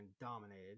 dominated